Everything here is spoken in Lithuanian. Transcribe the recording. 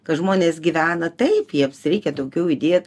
kad žmonės gyvena taip jiems reikia daugiau įdėt